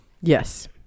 Yes